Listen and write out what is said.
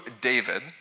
David